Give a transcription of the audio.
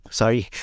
sorry